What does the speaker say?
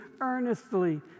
earnestly